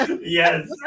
Yes